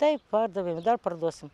taip pardavėm ir dar parduosim